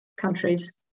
countries